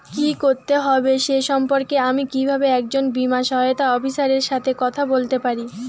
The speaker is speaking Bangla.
কী করতে হবে সে সম্পর্কে আমি কীভাবে একজন বীমা সহায়তা অফিসারের সাথে কথা বলতে পারি?